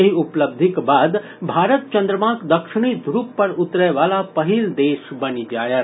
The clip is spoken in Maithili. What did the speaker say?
एहि उपलब्धिक बाद भारत चंद्रमाक दक्षिणी ध्रुव पर उतरय वला पहिल देश बनि जाएत